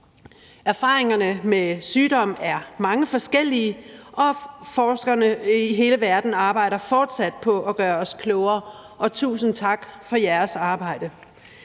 Erfaringerne med sygdom er mange forskellige, og forskerne i hele verden arbejder fortsat på at gøre os klogere, og tusind tak for jeres arbejde.